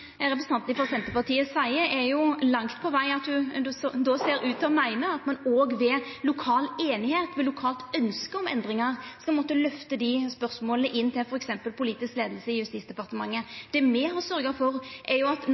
representanten frå Senterpartiet seier, er langt på veg at ho då ser ut til å meina at ein òg ved lokal einigheit, ved lokalt ønske om endringar, skal måtta løfta dei spørsmåla inn til t.d. politisk leiing i Justisdepartementet. Det me har sørgt for, er at